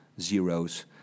zeros